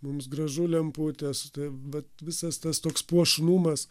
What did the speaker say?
mums gražu lemputės tai vat visas tas toks puošnumas